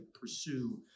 pursue